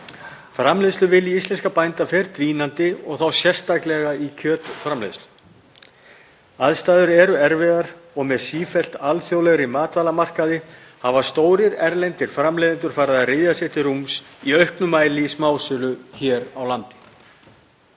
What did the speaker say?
Framleiðsluvilji íslenskra bænda fer dvínandi og þá sérstaklega í kjötframleiðslu. Aðstæður eru erfiðar og með sífellt alþjóðlegri matvælamarkaði hafa stórir erlendir framleiðendur farið að ryðja sér til rúms í auknum mæli í smásölu hér á landi.